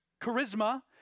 charisma